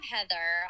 Heather